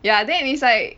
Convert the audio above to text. ya then it's like